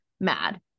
mad